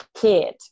kid